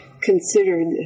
considered